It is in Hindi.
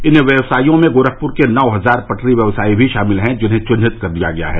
इन व्यवसायियों में गोरखपुर के नौ हजार पटरी व्यवसायी भी शामिल है जिन्हें चिन्हित कर लिया गया है